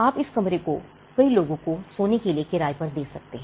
आप इस कमरे को कई लोगों को सोने के लिए किराए पर दे सकते हैं